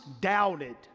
doubted